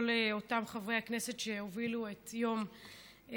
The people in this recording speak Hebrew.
כל אותם חברי כנסת שהובילו את השדולה